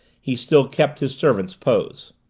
he still kept his servant's pose.